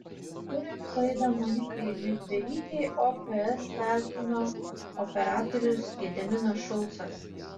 kuriant laidą monikai midverytei ofs talkino operatorius gediminas šulcas